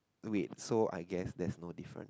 wait so I guess there is no difference